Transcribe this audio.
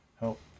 help